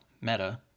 Meta